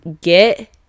get